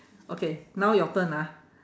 okay now your turn ah